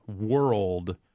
world